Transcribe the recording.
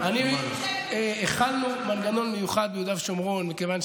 ענתה לו היועצת המשפטית: אין גיבוי לזה.